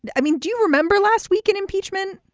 i mean do you remember last week in impeachment.